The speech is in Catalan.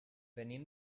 venim